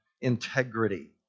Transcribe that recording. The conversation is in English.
Integrity